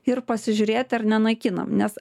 ir pasižiūrėt ar nenaikinam nes